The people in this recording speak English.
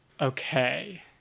Okay